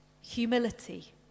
humility